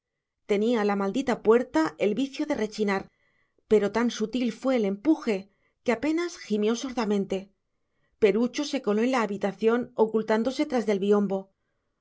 tenía la maldita puerta el vicio de rechinar pero tan sutil fue el empuje que apenas gimió sordamente perucho se coló en la habitación ocultándose tras del biombo